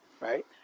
right